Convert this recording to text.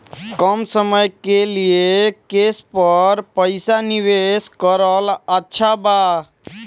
कम समय के लिए केस पर पईसा निवेश करल अच्छा बा?